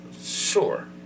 Sure